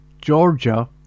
Georgia